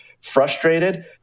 frustrated